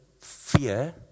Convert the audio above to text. fear